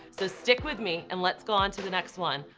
so, stick with me, and let's go on to the next one.